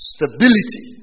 Stability